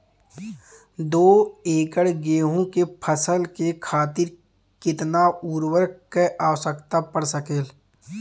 दो एकड़ गेहूँ के फसल के खातीर कितना उर्वरक क आवश्यकता पड़ सकेल?